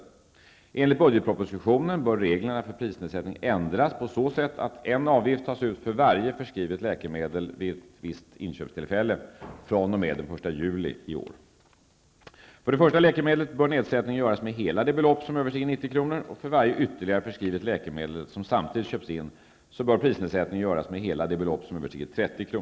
Enligt regeringens budgetproposition bör reglerna för prisnedsättning ändras på så sätt att en avgift tas ut för varje förskrivet läkemedel vid ett inköpstillfälle fr.o.m. den 1 juli 1992. För det första läkemedlet bör nedsättning göras med hela det belopp som överstiger 90 kr. och för varje ytterligare förskrivet läkemedel som samtidigt inköps bör prisnedsättning göras med hela det belopp som överstiger 30 kr.